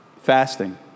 Fasting